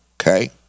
Okay